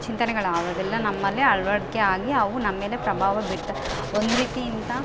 ಚಿಂತನೆಗಳಾವುದಿಲ್ಲ ನಮ್ಮಲ್ಲಿ ಅಳ್ವಡ್ಕೆ ಆಗಿ ಅವು ನಮ್ಮಮೇಲೆ ಪ್ರಭಾವ ಬೀರ್ತ ಒಂದುರೀತಿ ಇಂಥ